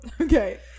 okay